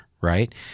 right